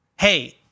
hey—